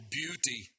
beauty